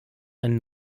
ein